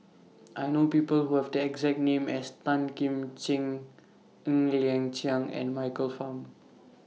I know People Who Have The exact name as Tan Kim Ching Ng Liang Chiang and Michael Fam